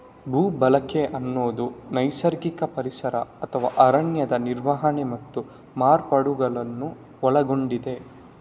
ಭೂ ಬಳಕೆ ಅನ್ನುದು ನೈಸರ್ಗಿಕ ಪರಿಸರ ಅಥವಾ ಅರಣ್ಯದ ನಿರ್ವಹಣೆ ಮತ್ತು ಮಾರ್ಪಾಡುಗಳನ್ನ ಒಳಗೊಂಡಿದೆ